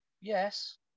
Yes